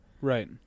Right